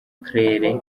claire